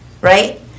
right